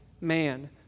man